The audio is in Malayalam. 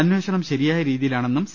അന്വേഷണം ശരിയായ രീതിയിലാണെന്നും സി